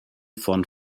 von